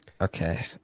Okay